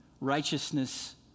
righteousness